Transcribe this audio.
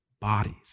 bodies